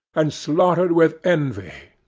and slaughtered with envy,